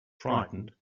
frightened